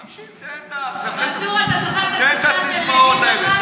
תמשיך, תן את הסיסמאות האלה,